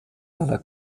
einer